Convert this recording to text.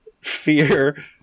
fear